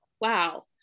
Wow